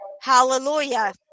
Hallelujah